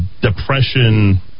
depression